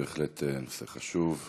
בהחלט נושא חשוב.